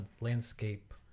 landscape